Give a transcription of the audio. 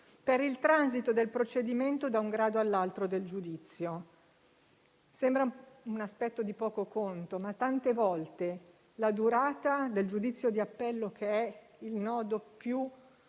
per il transito del procedimento da un grado all'altro del giudizio. Sembra un aspetto di poco conto, ma tante volte la durata del giudizio di appello, che è il nodo più